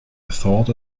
thought